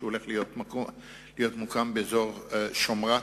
שהולך להיות מוקם באזור שומרת,